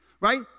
Right